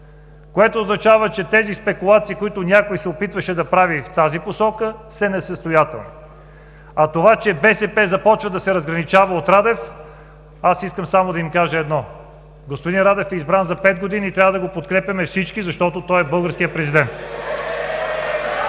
което означава, че тези спекулации, които някой се опитваше да прави в тази посока, са несъстоятелни. А за това, че БСП започва да се разграничава от Радев, аз искам да им кажа само едно: господин Радев е избран за пет години и трябва да го подкрепяме всички, защото той е българският президент!